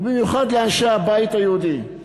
ובמיוחד לאנשי הבית היהודי,